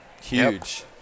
Huge